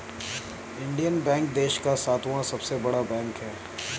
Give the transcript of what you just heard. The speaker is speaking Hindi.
इंडियन बैंक देश का सातवां सबसे बड़ा बैंक है